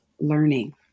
Learning